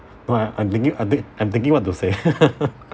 no I I'm thinking I'm think I'm thinking what to say